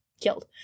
killed